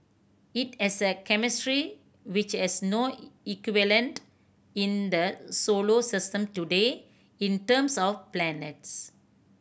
it has a chemistry which has no equivalent in the solar system today in terms of planets